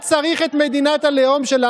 כשאת מדברת על